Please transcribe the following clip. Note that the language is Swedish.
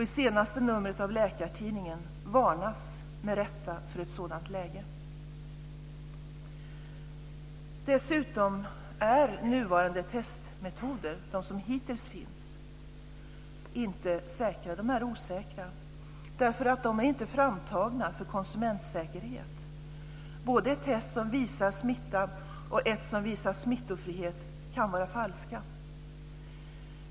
I senaste numret av Läkartidningen varnas med rätta för ett sådant läge. Dessutom är nuvarande testmetoder - de som hittills finns - inte säkra. De är osäkra, därför att de inte är framtagna för konsumentsäkerhet. Både ett test som visar smitta och ett som visar smittofrihet kan vara falska.